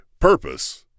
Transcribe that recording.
Purpose